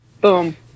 Boom